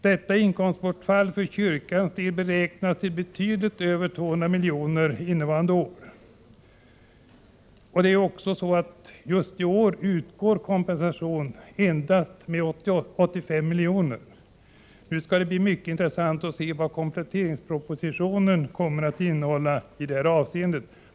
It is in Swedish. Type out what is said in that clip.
Detta inkomstbortfall för kyrkans del beräknas till betydligt över 200 miljoner innevarande år. I år utgår kompensation med endast 85 miljoner. Det blir mycket intressant att se vad kompletteringspropositionen innehåller i detta avseende.